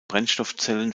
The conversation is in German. brennstoffzellen